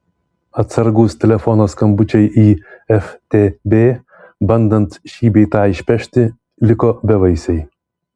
atsargūs telefono skambučiai į ftb bandant šį bei tą išpešti liko bevaisiai